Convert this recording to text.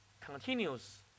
continues